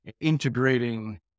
Integrating